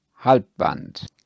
Halbband